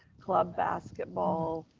club basketball,